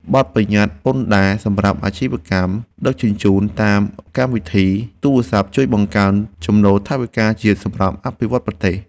បទប្បញ្ញត្តិពន្ធដារសម្រាប់អាជីវកម្មដឹកជញ្ជូនតាមកម្មវិធីទូរស័ព្ទជួយបង្កើនចំណូលថវិកាជាតិសម្រាប់អភិវឌ្ឍប្រទេស។